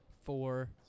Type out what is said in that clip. four